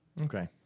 Okay